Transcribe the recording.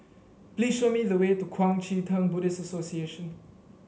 please show me the way to Kuang Chee Tng Buddhist Association